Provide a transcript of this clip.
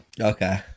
Okay